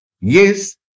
Yes